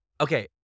okay